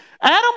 Adam